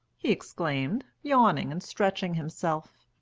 he exclaimed, yawning and stretching himself.